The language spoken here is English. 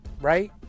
right